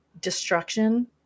destruction